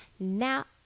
Now